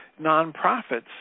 nonprofits